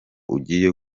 ugiye